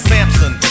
Samson